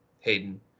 Hayden